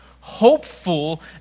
Hopeful